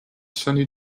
sunny